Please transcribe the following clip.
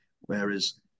whereas